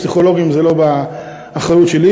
פסיכולוגים זה לא באחריות שלי.